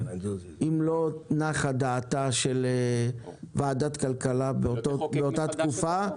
אם לא נחה דעתה של ועדת הכלכלה באותה תקופה,